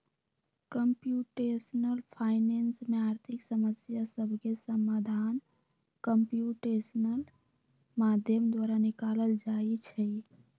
computational finance में आर्थिक समस्या सभके समाधान कंप्यूटेशनल माध्यम द्वारा निकालल जाइ छइ